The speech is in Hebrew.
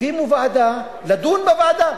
הקימו ועדה לדון בוועדה.